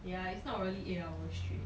yeah it's not really eight hours straight